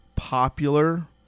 popular